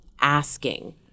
asking